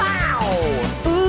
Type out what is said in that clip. Wow